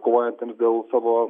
kovojantiems dėl savo